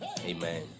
Amen